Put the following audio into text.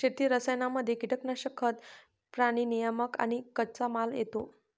शेती रसायनांमध्ये कीटनाशक, खतं, प्राणी नियामक आणि कच्चामाल येतो